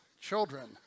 children